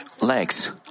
Legs